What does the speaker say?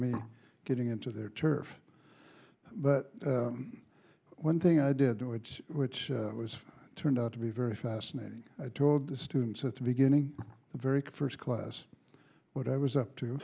me getting into their turf but one thing i did which which was turned out to be very fascinating i told the students at the beginning the very first class what i was up to